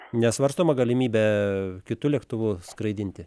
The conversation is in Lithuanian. nesvarstoma galimybė kitu lėktuvu skraidinti